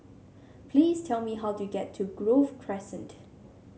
please tell me how to get to Grove Crescent